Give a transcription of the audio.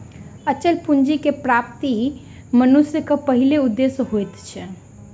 अचल पूंजी के प्राप्ति मनुष्यक पहिल उदेश्य होइत अछि